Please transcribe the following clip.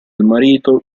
marito